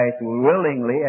willingly